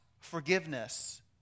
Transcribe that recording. forgiveness